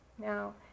now